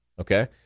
Okay